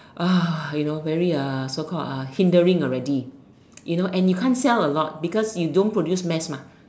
you know very so called uh hindering already you know and you can't sell a lot because you don't produce mass mah